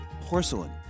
porcelain